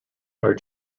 are